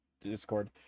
Discord